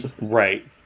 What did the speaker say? Right